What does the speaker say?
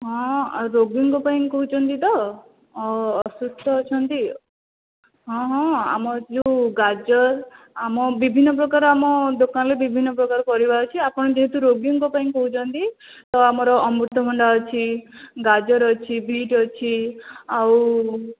ହଁ ରୋଗୀଙ୍କ ପାଇଁ କହୁଛନ୍ତି ତ ଅସୁସ୍ଥ ଅଛନ୍ତି ହଁ ହଁ ଆମର ଯେଉଁ ଗାଜର ଆମ ବିଭିନ୍ନପ୍ରକାର ଆମ ଦୋକାନରେ ବିଭିନ୍ନପ୍ରକାର ପରିବା ଅଛି ଆପଣ ଯେହେତୁ ରୋଗୀଙ୍କ ପାଇଁ କହୁଛନ୍ତି ତ ଆମର ଅମୃତଭଣ୍ଡା ଅଛି ଗାଜର ଅଛି ବିଟ୍ ଅଛି ଆଉ